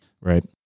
Right